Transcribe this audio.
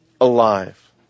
alive